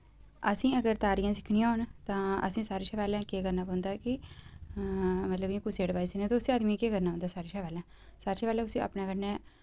असें अगर तारियां सिक्खनियां होन तां असें सारें शा पैह्लें केह् करना पौंदा कि मतलब इ'यां कुसै दी ऐडवाइज नै ते उसी आदमियें ई केह् करना औंदा सारें शा पैह्लें सारें शा पैह्लें उसी अपने कन्नै